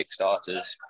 kickstarters